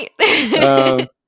right